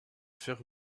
faire